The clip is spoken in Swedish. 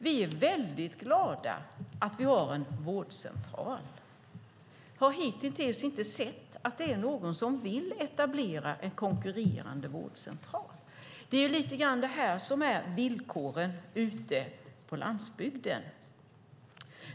Vi är väldigt glada att vi har en vårdcentral. Vi har hitintills inte sett att det är någon som vill etablera en konkurrerande vårdcentral. Det är lite grann detta som är villkoren ute på landsbygden.